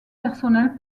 personnels